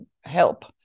help